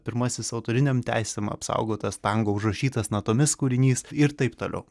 pirmasis autorinėm teisėm apsaugotas tango užrašytas natomis kūrinys ir taip toliau